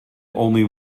only